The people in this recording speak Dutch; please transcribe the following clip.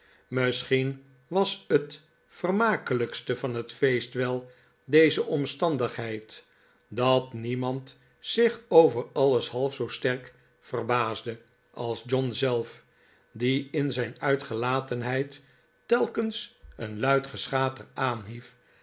misschien was het vermakelijkste van het feest wel deze omstandigheid dat niemand zich over alles half zoo sterk verbaasde als john zelf die in zijn uitgelatenheid telkens een luid geschater aanhief